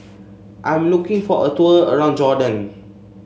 I'm looking for a tour around Jordan